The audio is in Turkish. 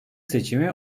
seçimi